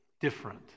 different